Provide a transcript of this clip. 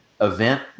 event